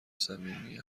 صمیمیت